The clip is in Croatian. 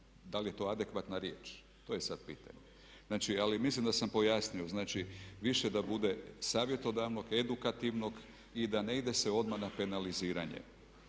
da li je to adekvatna riječ to je sad pitanje. Znači, ali mislim da sam pojasnio. Znači, više da bude savjetodavnog, edukativnog i da ne ide se odmah na penaliziranje.